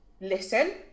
listen